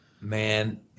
Man